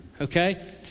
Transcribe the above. Okay